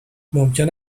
ممکن